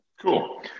cool